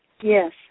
Yes